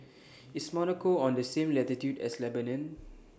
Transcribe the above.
IS Monaco on The same latitude as Lebanon